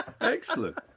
excellent